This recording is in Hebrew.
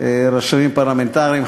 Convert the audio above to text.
רשמים פרלמנטריים,